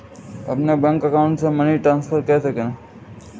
अपने bank account से money कैसे ट्रांसफर करें?